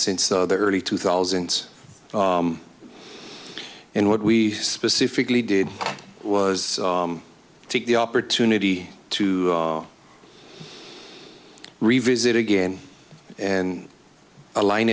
since the early two thousand and what we specifically did was take the opportunity to revisit again and align